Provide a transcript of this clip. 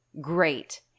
great